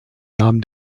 nahm